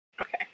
Okay